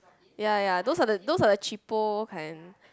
ya ya those are those are the cheapo kind